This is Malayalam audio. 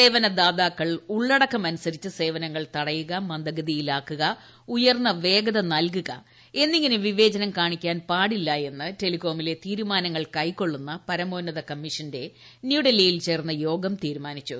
സേവനദാതാക്കൾ ഉള്ളടക്കം അനുസരിച്ച് സേവനങ്ങൾ തടയുക മന്ദഗതിയിലാക്കുക ഉയർന്ന വേഗത നൽകുക എന്നിങ്ങനെ വിവേചനം കാണിക്കാൻ പാടില്ല എന്ന് ടെലികോമിലെ തീരുമാനങ്ങൾ കൈക്കൊള്ളുന്ന പരമോന്നത കമ്മീഷന്റെ ന്യൂഡൽഹിയിൽ ചേർന്ന യോഗം തീരുമാനിച്ചു